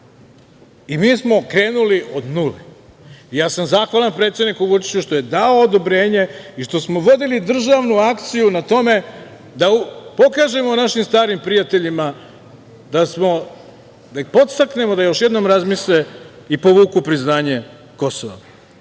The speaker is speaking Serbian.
I mi smo krenuli od nule. Ja sam zahvalan predsedniku Vučiću što je dao odobrenje i što smo vodili državnu akciju na tome da pokažemo našim starim prijateljima da ih podstaknemo da još jednom razmisle i povuku priznanje Kosova. Da